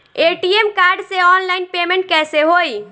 ATM card से online payment कैसे होई?